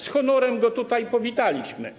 Z honorem go tutaj powitaliśmy.